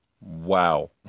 Wow